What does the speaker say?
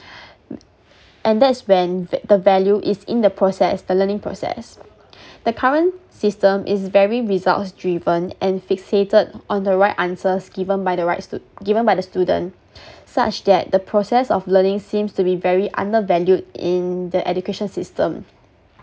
and that's when t~ the value is in the process the learning process the current system is very results driven and fixated on the right answers given by the right stu~ given by the student such that the process of learning seems to be very undervalued in the education system